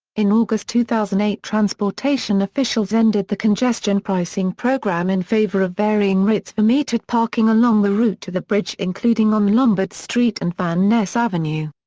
in august two thousand and eight transportation officials ended the congestion pricing program in favor of varying rates for metered parking along the route to the bridge including on lombard street and van ness avenue.